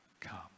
come